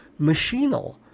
Machinal